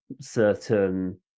certain